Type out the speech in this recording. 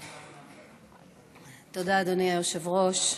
תודה, אדוני היושב-ראש.